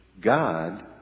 God